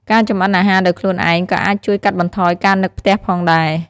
ការចម្អិនអាហារដោយខ្លួនឯងក៏អាចជួយកាត់បន្ថយការនឹកផ្ទះផងដែរ។